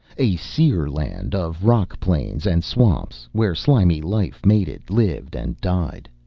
a sere land of rock plains, and swamps where slimy life mated, lived and died.